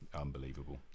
Unbelievable